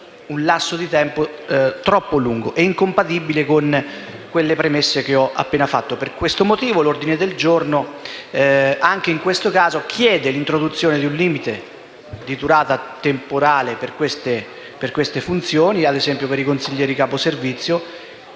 un lasso di tempo troppo lungo ed incompatibile con le premesse che ho appena fatto. Per questo motivo l'ordine del giorno anche in questo caso chiede l'introduzione di un limite temporale per tali funzioni, ad esempio per i consiglieri capo Servizio,